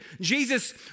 Jesus